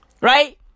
Right